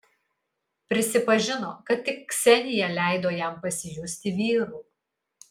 prisipažino kad tik ksenija leido jam pasijusti vyru